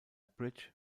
bridge